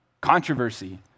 controversy